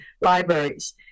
libraries